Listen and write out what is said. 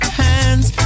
hands